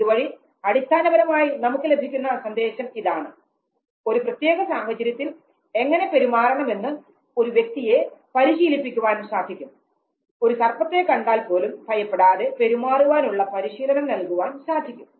ഇതുവഴി അടിസ്ഥാനപരമായി നമുക്ക് ലഭിക്കുന്ന സന്ദേശം ഇതാണ് ഒരു പ്രത്യേക സാഹചര്യത്തിൽ എങ്ങനെ പെരുമാറണം എന്ന് ഒരു വ്യക്തിയെ പരിശീലിപ്പിക്കാൻ സാധിക്കും ഒരു സർപ്പത്തെ കണ്ടാൽ പോലും ഭയപ്പെടാതെ പെരുമാറുവാൻ ഉള്ള പരിശീലനം നൽകുവാൻ സാധിക്കും